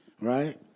right